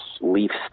Leafs